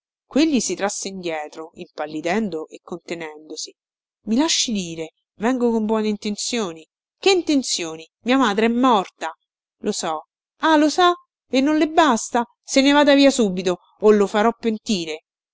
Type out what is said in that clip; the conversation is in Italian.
quegli si trasse indietro impallidendo e contenendosi i lasci dire vengo con buone intenzioni che intenzioni mia madre è morta lo so ah lo sa e non le basta se ne vada via subito o lo farò pentire